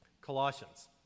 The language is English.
Colossians